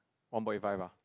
one point eight five ah